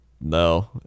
no